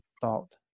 thought